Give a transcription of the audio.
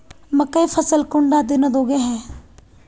मकई फसल कुंडा दिनोत उगैहे?